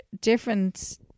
different